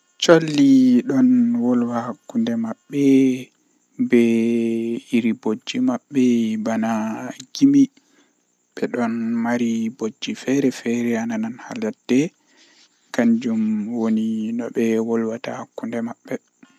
Komi defata kam mi tefan kusel malla Liɗɗi malla huunde feere belɗum, Nden kala goɗɗo fuu wawan nyamugo nden to onyami wawan vela mo